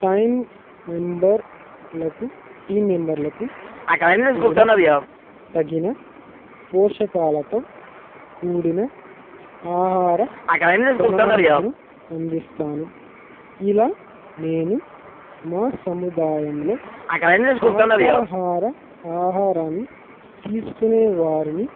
time మెంబర్లకు team మెంబర్లకు కూడా తగిన పోషకాలతో కూడిన ఆహార ప్రణాళికను అందిస్తాను ఇలా నేను మా సముదాయంలో శాకాహార ఆహారాన్ని తీసుకునే వారిని